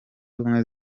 ubumwe